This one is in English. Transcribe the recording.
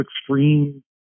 extreme